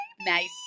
Nice